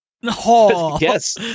yes